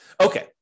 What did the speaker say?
Okay